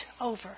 over